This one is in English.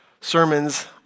sermons